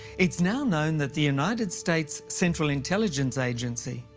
it's now known that the united states central intelligence agency,